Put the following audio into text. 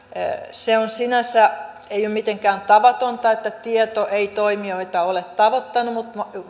se ei sinänsä ole mitenkään tavatonta että tieto ei toimijoita ole tavoittanut